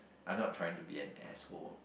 I'm not trying to be an asshole